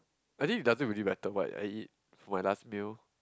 I think it doesn't really matter what I eat for my last meal